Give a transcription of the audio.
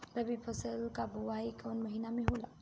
रबी फसल क बुवाई कवना महीना में होला?